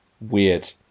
weird